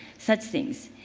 such things.